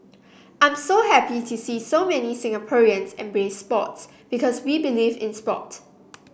I'm so happy to see so many Singaporeans embrace sports because we believe in sport